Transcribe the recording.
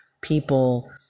People